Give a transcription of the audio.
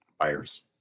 Buyers